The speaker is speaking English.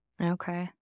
Okay